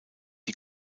die